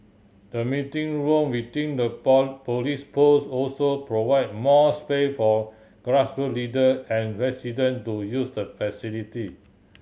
the meeting room within the police post also provide more space for grassroots leader and resident to use the facility